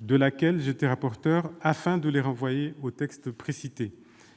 dont j'étais rapporteur, afin de les redéposer sur les textes précités.